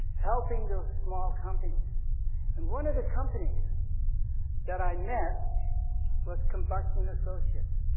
helping those small companies and one of the companies that i met was combustion associates.